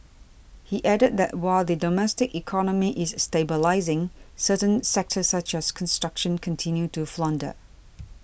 he added that while the domestic economy is stabilising certain sectors such as construction continue to flounder